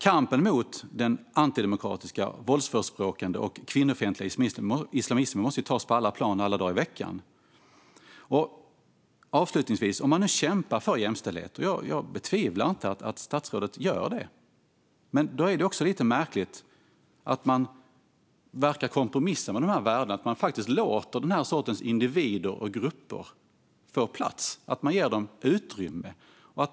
Kampen mot den antidemokratiska, våldsförespråkande och kvinnofientliga islamismen måste tas på alla plan alla dagar i veckan. Avslutningsvis: Om man nu kämpar för jämställdhet, och jag tvivlar inte på att statsrådet gör det, är det märkligt att man verkar vilja kompromissa med dessa värden och faktiskt låter den här sortens individer och grupper få plats. Man ger dem utrymme.